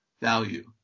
value